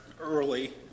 early